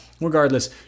regardless